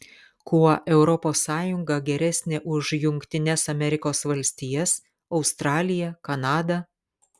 kuo europos sąjunga geresnė už jungtines amerikos valstijas australiją kanadą